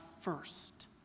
first